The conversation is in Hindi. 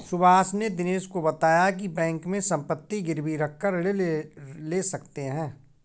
सुभाष ने दिनेश को बताया की बैंक में संपत्ति गिरवी रखकर ऋण ले सकते हैं